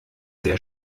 sehr